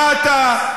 מה אתה,